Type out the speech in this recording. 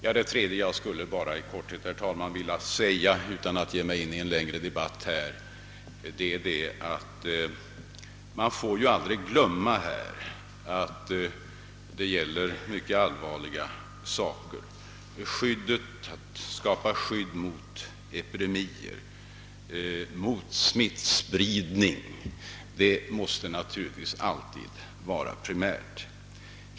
För det tredje vill jag framhålla — utan att ge mig in på en längre debatt — att man ju aldrig får glömma att det här gäller allvarliga ting. Att skapa skydd mot epidemier, mot smittspridning, måste alltid vara primärt.